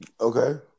Okay